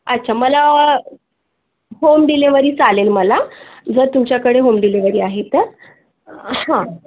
अच्छा मला home delivery चालेल मला जर तुमच्याकडे होम डिलेवरी आहे तर हां